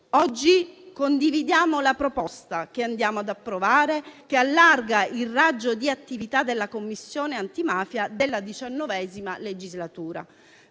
Oggi condividiamo la proposta, che andiamo ad approvare, che allarga il raggio d'attività della Commissione antimafia della XIX legislatura.